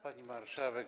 Pani Marszałek!